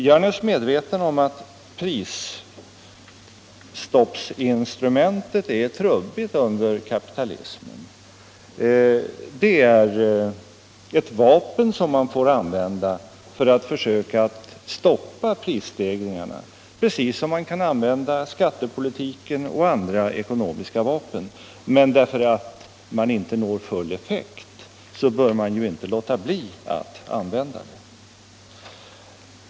Jag är naturligtvis medveten om att prisstoppsinstrumentet är trubbigt under kapitalismen. Det är ett vapen som man får använda för att försöka att stoppa prisstegringarna, precis som man kan använda skattepolitiken och andra ekonomiska vapen. Men därför att man inte når full effekt bör man ju inte låta bli att använda det!